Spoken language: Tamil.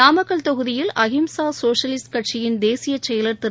நாமக்கல் தொகுதியில் அஹிம்சா சோஷலிஸ்ட் கட்சியின் தேசிய செயலர் திரு